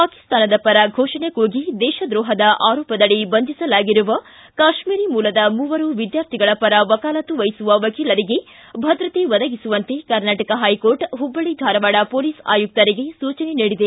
ಪಾಕಿಸ್ತಾನದ ಪರ ಫೋಷಣೆ ಕೂಗಿ ದೇಶದ್ರೋಹದ ಆರೋಪದಡಿ ಬಂಧಿಸಲಾಗಿರುವ ಕಾಶ್ಮೀರಿ ಮೂಲದ ಮೂವರು ವಿದ್ಗಾರ್ಥಿಗಳ ಪರ ವಕಾಲತ್ತು ವಹಿಸುವ ವಕೀಲರಿಗೆ ಭದ್ರತೆ ಒದಗಿಸುವಂತೆ ಕರ್ನಾಟಕ ಹೈಕೋರ್ಟ್ ಹುಬ್ಬಳ್ಳಿ ಧಾರವಾಡ ಮೊಲೀಸ್ ಆಯುಕ್ತರಿಗೆ ಸೂಚನೆ ನೀಡಿದೆ